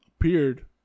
appeared